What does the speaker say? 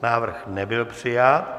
Návrh nebyl přijat.